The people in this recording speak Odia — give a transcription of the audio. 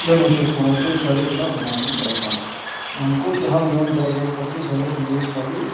ଜେନ ସେ ସମ୍ବଲପୁରୀ ଶାଢ଼ୀ ଶୁଢ଼ା ବୁନାବୁନି କର୍ସନ୍ ମାନଙ୍କୁ ଯାହା ଲୋନ୍ ଦରକାର ପଡ଼ସି ସଭିବେ ଡୁଙ୍ଗୁରିପାଲି